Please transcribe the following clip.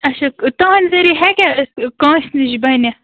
اَچھا تُہٕنٛدِ ذریعہِ ہیٚکیٛاہ اَسہِ کٲنٛسہِ نِش بٔنِتھ